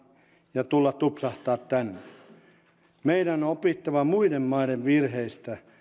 ja tulla tupsahtaa tänne meidän on opittava muiden maiden virheistä